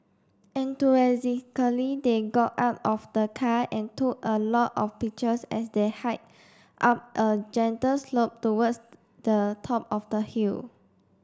enthusiastically they got out of the car and took a lot of pictures as they hiked up a gentle slope towards the top of the hill